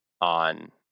on